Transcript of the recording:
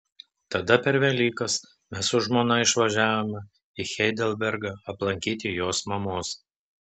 tada per velykas mes su žmona išvažiavome į heidelbergą aplankyti jos mamos